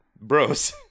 bros